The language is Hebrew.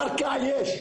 קרקע יש,